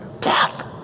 Death